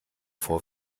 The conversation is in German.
vor